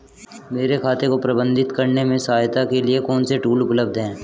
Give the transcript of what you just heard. मेरे खाते को प्रबंधित करने में सहायता के लिए कौन से टूल उपलब्ध हैं?